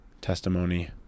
testimony